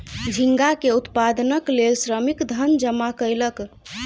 झींगा के उत्पादनक लेल श्रमिक धन जमा कयलक